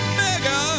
mega